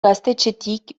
gaztetxetik